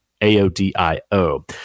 A-O-D-I-O